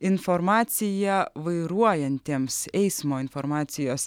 informacija vairuojantiems eismo informacijos